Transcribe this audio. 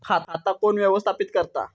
खाता कोण व्यवस्थापित करता?